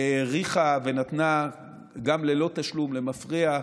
האריכה ונתנה גם ללא תשלום, למפרע,